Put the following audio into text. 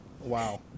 Wow